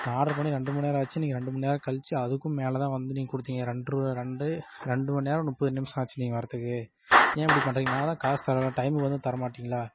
நான் ஆர்டர் பண்ணி ரெண்டு மணிநேரம் ஆச்சு நீங்கள் ரெண்டு மணிநேரம் கழித்து அதுக்கும் மேலதான் வந்து நீங்கள் கொடுத்தீங்க ரெண்ட்ருவா ரெண்டு ரெண்டு மணிநேரம் முப்பது நிமிஷம் ஆச்சு நீங்கள் வரத்துக்கு ஏன் இப்படி பண்ணுறீங்க நாங்கள் தான் காசு தரேனே டையமுக்கு வந்து தர மாட்டீங்களா